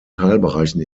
teilbereichen